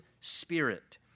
spirit